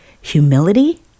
Humility